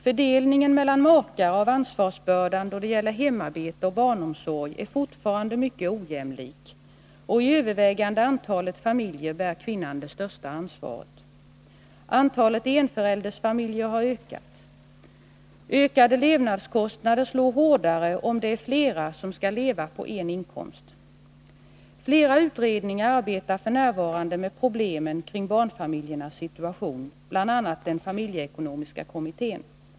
Fördelningen mellan makar av ansvarsbördan då det gäller hemarbete och barnomsorg är fortfarande mycket ojämlik, och i övervägande antalet familjer bär kvinnan det största ansvaret. Antalet enföräldersfamiljer har ökat. Ökade levnadskostnader slår hårdare, om det är flera som skall leva på en inkomst. Flera utredningar arbetar f. n. med problemen kring barnfamiljernas situation, bl.a. den familjeekonomiska kommittén.